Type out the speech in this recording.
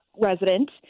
resident